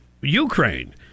Ukraine